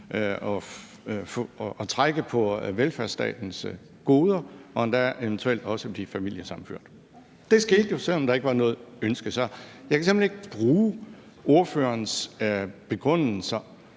trække på velfærdsstatens goder og endda eventuelt også blive familiesammenført. Det skete jo, selv om der ikke var noget ønske om det. Så jeg kan simpelt hen ikke bruge ordførerens begrundelser